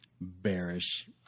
bearish